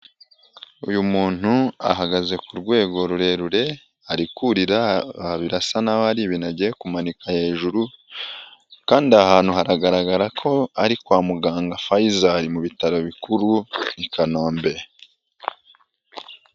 Uyu muntu ahagaze ku rwego rurerure ari kurira, birasa naho ari ibintu agiye kumanika hejuru kandi aha hantu haragaragara ko ari kwa muganga Faisal mu bitaro bikuru i Kanombe.